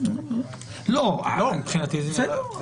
--- בסוף